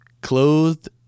clothed